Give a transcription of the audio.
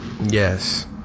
Yes